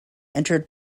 entered